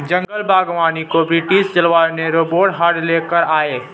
जंगल बागवानी को ब्रिटिश जलवायु में रोबर्ट हार्ट ले कर आये